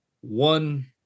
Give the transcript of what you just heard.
one